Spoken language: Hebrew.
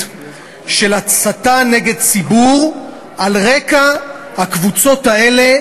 של הסתה נגד ציבור על רקע הקבוצות האלה,